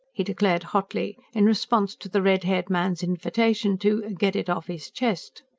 he declared hotly, in response to the red-haired man's invitation to get it off his chest.